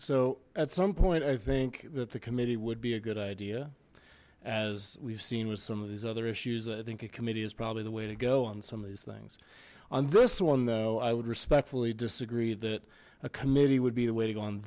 so at some point i think that the committee would be a good idea as we've seen with some of these other issues i think a committee is probably the way to go on some of these things on this one though i would respectfully disagree that a committee would be the way to go on